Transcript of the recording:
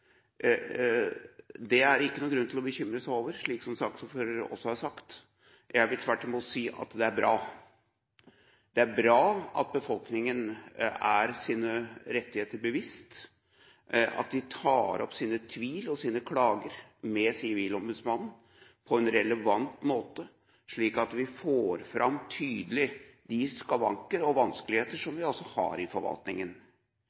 er det ikke noen grunn til å bekymre seg over, slik som saksordføreren også har sagt. Jeg vil tvert imot si at det er bra. Det er bra at befolkningen er seg sine rettigheter bevisst, at de tar opp sin tvil og sine klager med Sivilombudsmannen på en relevant måte, slik at vi får fram tydelig de skavanker og vanskeligheter